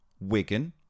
Wigan